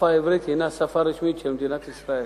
השפה העברית הינה שפה רשמית של מדינת ישראל.